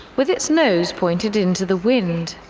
with its nose pointed into the wind.